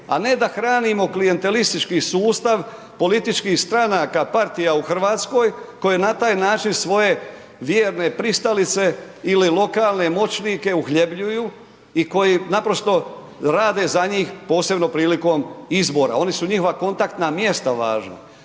a ne da hranimo klijentelistički sustav političkih stranaka, partija u RH koje na taj način svoje vjerne pristalice ili lokalne moćnike uhljebljuju i koji naprosto rade za njih, posebno prilikom izbora, oni su njihova kontaktna mjesta važni,